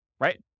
Right